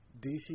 DC